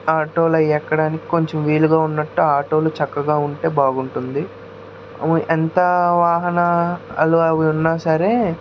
ఆటోలవి ఎక్కడానికి కొంచెం వీలుగా ఉన్నట్టు ఆటోలు చక్కగా ఉంటే బాగుంటుంది ఎంత వాహనాలు అవి ఉన్నా సరే